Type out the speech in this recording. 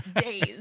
days